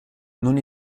non